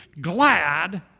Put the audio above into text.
glad